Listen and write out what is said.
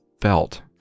felt